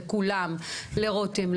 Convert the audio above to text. לרתם שורק,